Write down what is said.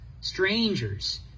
strangers